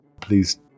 Please